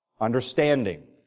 Understanding